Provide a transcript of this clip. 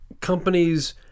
companies